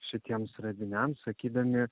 šitiems radiniams sakydami